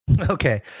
Okay